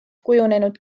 kujunenud